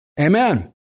Amen